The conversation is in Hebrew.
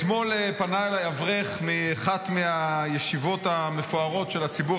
אתמול פנה אליי אברך מאחת מהישיבות המפוארות של הציבור